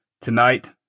Tonight